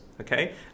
Okay